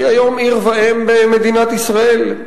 היא היום עיר ואם במדינת ישראל.